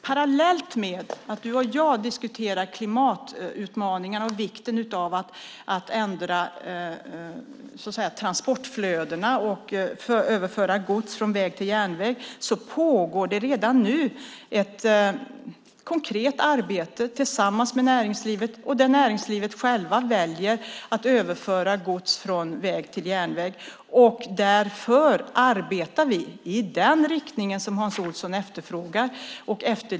Parallellt med att du och jag diskuterar klimatutmaningar och vikten av att ändra transportflödena och överföring av gods från väg till järnväg pågår det ett konkret arbete tillsammans med näringslivet där man själv väljer att överföra gods från väg till järnväg. Därför arbetar vi i den riktning som Hans Olsson efterfrågar.